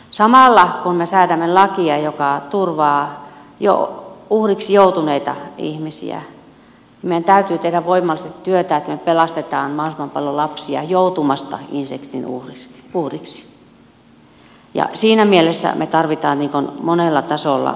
samalla kun me säädämme lakia joka turvaa jo uhriksi joutuneita ihmisiä meidän täytyy tehdä voimallisesti työtä että me pelastamme mahdollisimman paljon lapsia joutumasta insestin uhriksi ja siinä mielessä me tarvitsemme monella tasolla puuttumista